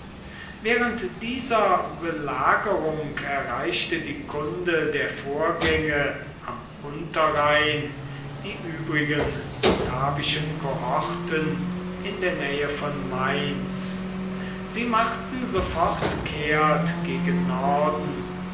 während dieser belagerung erreichte die kunde der vorgänge am unterrhein die übrigen batavischen kohorten in der nähe von mainz sie machten sofort kehrt gegen norden